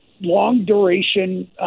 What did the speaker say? long-duration